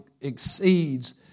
exceeds